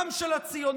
גם של הציונות,